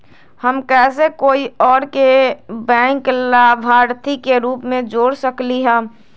हम कैसे कोई और के बैंक लाभार्थी के रूप में जोर सकली ह?